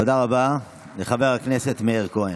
תודה רבה לחבר הכנסת מאיר כהן.